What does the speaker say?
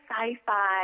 sci-fi